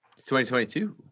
2022